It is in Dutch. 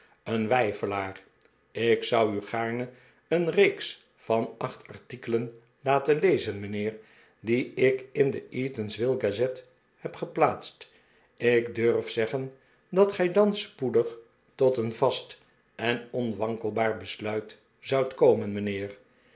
een weifelaar ik zou u gaarne een reeks van acht artikelen laten lezen mijnheer die ik in de eatanswillgazette heb geplaatst ik durf zeggen dat gij dan spoedig tot een vast en onwankelbaar besluit zoudt komen mijnheer